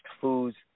foods